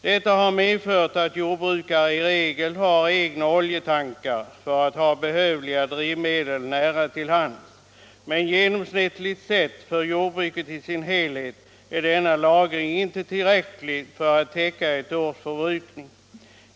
Detta har medfört att jordbrukare i regel har egna oljetankar för att ha behövliga drivmedel nära till hands. Men genomsnittligt sett, för jordbruket i dess helhet, är denna lagring inte tillräcklig för att täcka ett års förbrukning.